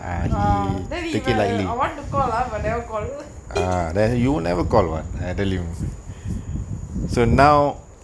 err தெரியுமே:theriyumae I want to call lah but never call